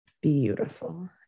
beautiful